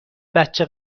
بچه